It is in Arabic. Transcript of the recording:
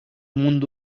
منذ